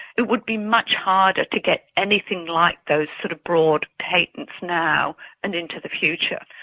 it would be much harder to get anything like those sort of broad patents now and into the future.